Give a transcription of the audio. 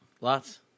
lots